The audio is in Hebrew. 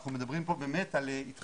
אנחנו מדברים פה באמת על התחדשות,